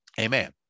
Amen